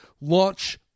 Launch